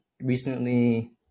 recently